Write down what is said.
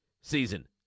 season